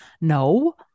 No